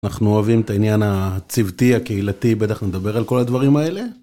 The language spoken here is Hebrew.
אנחנו אוהבים את העניין הצבתי, הקהילתי, בטח נדבר על כל הדברים האלה.